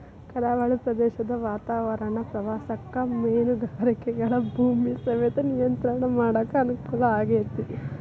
ಕರಾವಳಿ ಪ್ರದೇಶದ ವಾತಾವರಣ ಪ್ರವಾಸಕ್ಕ ಮೇನುಗಾರಿಕೆಗ ಭೂಮಿಯ ಸವೆತ ನಿಯಂತ್ರಣ ಮಾಡಕ್ ಅನುಕೂಲ ಆಗೇತಿ